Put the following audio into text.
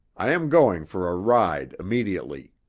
i am going for a ride immediately.